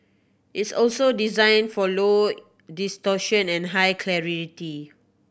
it's also designed for low distortion and high clarity